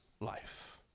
life